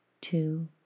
two